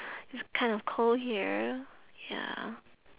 it's kind of cold here ya